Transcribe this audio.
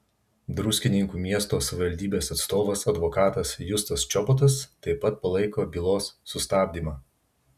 druskininkų miesto savivaldybės atstovas advokatas justas čobotas taip pat palaiko bylos sustabdymą